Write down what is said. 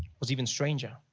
was even stranger.